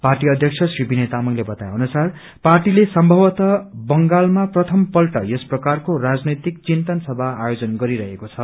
party अध्यक्ष श्री विनय तामाङले बताए अनुसार पार्टीले सम्भवतः बंगालमा प्रथम पल्ट यस प्रकारको राजनैतिक चिन्तन सभा आयोजन गरि रहेको छ